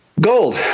Gold